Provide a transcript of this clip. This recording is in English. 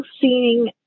seeing